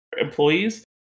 employees